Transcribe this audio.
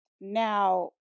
Now